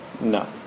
No